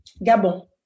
Gabon